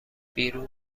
بیرون